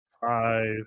five